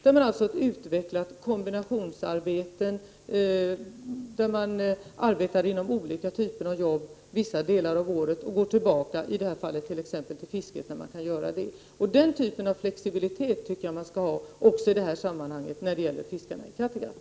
På dessa ställen har man utvecklat kombinationsarbeten som innebär att människor är verksamma inom olika typer av arbeten vissa delar av året och går tillbaka t.ex. till fisket när det är möjligt. Den typen av flexibilitet tycker jag att man skall ha även när det gäller fiskarna i Kattegatt.